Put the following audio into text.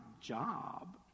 job